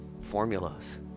formulas